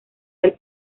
del